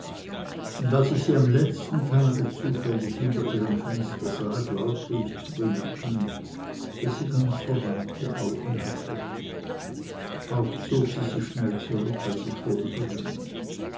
und als ich sie am letzten tage zufällig hinter ihrem fenster sah glaubte ich zu bemerken daß sie ganz verweinte augen hatte auch zog sie sich schnell zurück als ich vorüberging